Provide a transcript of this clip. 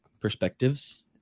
perspectives